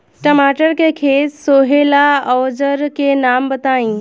टमाटर के खेत सोहेला औजर के नाम बताई?